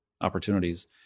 opportunities